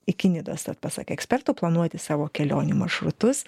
iki nidos tad pasak ekspertų planuotis savo kelionių maršrutus